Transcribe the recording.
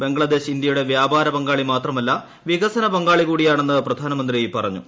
ബംഗ്ലാദേശ് ഇന്ത്യയുടെ വ്യാപാര പങ്കാളി മാത്രമല്ല വികസന പങ്കാളി കൂടിയാണെന്ന് പ്രധാനമന്ത്രി പറഞ്ഞു